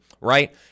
right